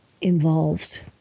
involved